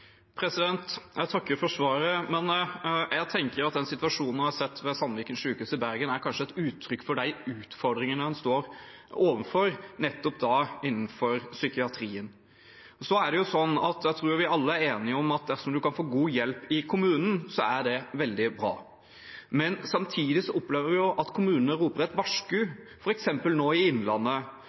Jeg takker for svaret, men jeg tenker at den situasjonen vi har sett ved Sandviken sykehus i Bergen, kanskje er et uttrykk for de utfordringene en står overfor nettopp innenfor psykiatrien. Jeg tror vi alle er enige om at dersom en kan få god hjelp i kommunene, er det veldig bra, men samtidig opplever vi at kommuner roper et varsku, f.eks. nå i Innlandet,